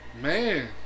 Man